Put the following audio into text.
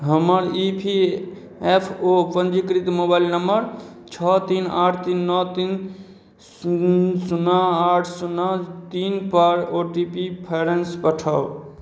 हमर E P F O पंजीकृत mobile number छओ तीन आठ तीन नओ तीन शून्य शुन्ना आठ शुन्ना तीन पर ओ टी पी फेरसऽ पठाउ